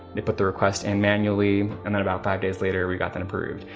they put the request in manually. and then about five days later, we got that approved.